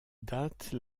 date